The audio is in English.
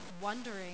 wondering